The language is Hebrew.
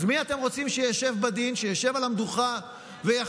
אז מי אתם רוצים שישב בדין, שישב על המדוכה ויחליט